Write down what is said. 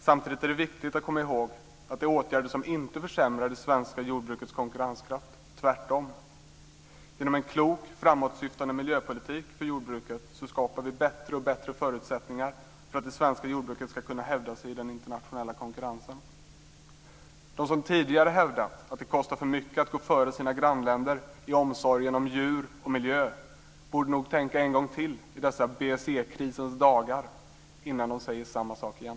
Samtidigt är det viktigt att komma ihåg att det är åtgärder som inte försämrar det svenska jordbrukets konkurrenskraft - tvärtom. Genom en klok och framåtsyftande miljöpolitik för jordbruket skapar vi bättre och bättre förutsättningar för att det svenska jordbruket ska kunna hävda sig i den internationella konkurrensen. De som tidigare hävdat att det kostar för mycket att gå före sina grannländer i omsorgen om djur och miljö borde nog tänka en gång till i dessa BSE-krisens dagar innan de säger samma sak igen.